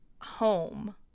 home